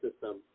system